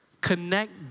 Connect